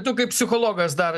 tu kaip psichologas dar